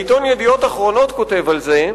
העיתון "ידיעות אחרונות" כותב על זה: